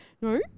No